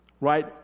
right